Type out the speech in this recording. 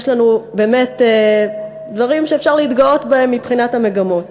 יש לנו דברים שאפשר להתגאות בהם מבחינת המגמות.